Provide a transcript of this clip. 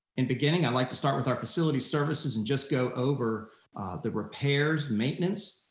and beginning, i'd like to start with our facility services and just go over the repairs maintenance,